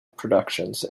productions